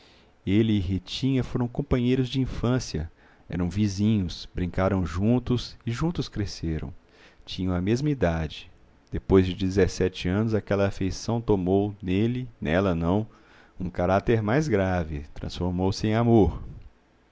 e ritinha foram companheiros de infância eram vizinhos brincaram juntos e juntos cresceram tinham a mesma idade depois de dezessete anos aquela afeição tomou nele nela não um caráter mais grave transformou-se em amor